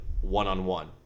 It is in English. one-on-one